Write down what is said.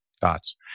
dots